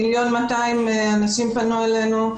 1,200,000 אנשים פנו אלינו,